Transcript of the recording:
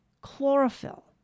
chlorophyll